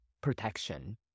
protection